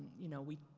you know, we,